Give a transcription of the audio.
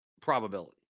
probability